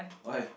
why